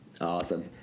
Awesome